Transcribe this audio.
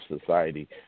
society